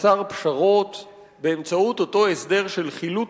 חסר פשרות באמצעות אותו הסדר של חילוט